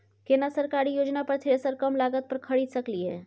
केना सरकारी योजना पर थ्रेसर कम लागत पर खरीद सकलिए?